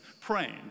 praying